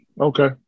Okay